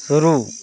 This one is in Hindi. शुरू